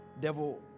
devil